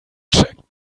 checkt